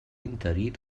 interí